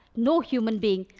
no human being,